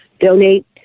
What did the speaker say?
donate